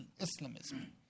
Islamism